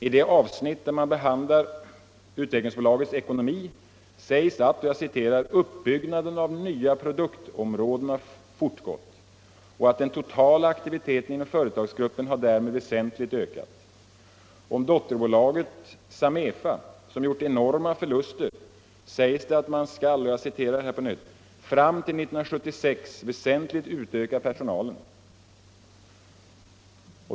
I det avsnitt där man behandlar Utvecklingsbolagets ekonomi sägs att ”uppbyggnaden av nya produktområden har fortgått” och att ”den totala aktiviteten inom företagsgruppen har därmed väsentligt ökat”. Om dotterbolaget Samefa, som gjort enorma förluster, sägs det att man skall ”fram till 1976 väsentligt utöka personalen”.